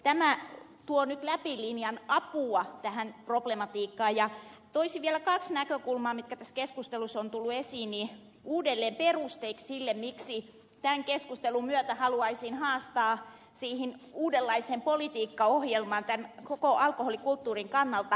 tämä tuo nyt läpi linjan apua tähän problematiikkaan ja toisin vielä kaksi näkökulmaa mitkä tässä keskustelussa ovat tulleet esiin uudelleen perusteeksi sille miksi tämän keskustelun myötä haluaisin haastaa uudenlaisen politiikkaohjelman tämän koko alkoholikulttuurin kannalta